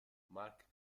mark